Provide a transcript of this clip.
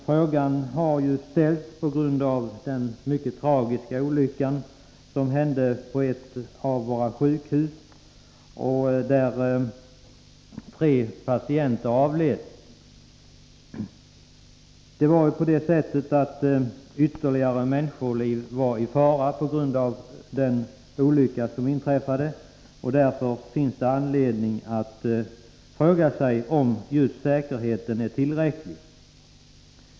Frågan har ställts på grund av den mycket tragiska olycka som hände på ett av våra sjukhus, där tre patienter avled. Ytterligare människoliv var i fara på grund av olyckan. Därför finns det anledning att fråga sig om säkerheten är tillräcklig.